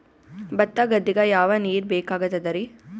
ಭತ್ತ ಗದ್ದಿಗ ಯಾವ ನೀರ್ ಬೇಕಾಗತದರೀ?